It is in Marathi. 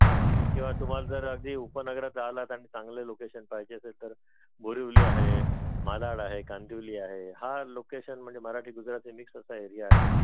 हां किंवा तुम्हाला जर अगदी उपनगरात जर आलात आणि चांगलं लोकेशन पाहिजे असेल तर बोरिवली आहे मालाड आहे कांदिवली आहे हा लोकेशन म्हणजे मराठी गुजराती मिक्स असा एरिया आहे